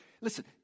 listen